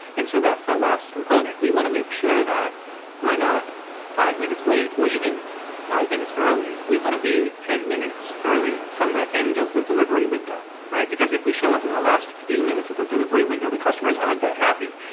and so that the last component. we want to make sure that we're not five minutes late or even five minutes early. we want to be ten minutes early from the end of the delivery window, because if we show up in the last few minutes of the delivery window, the customers aren't that happy.